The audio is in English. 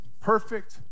perfect